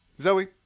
Zoe